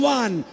one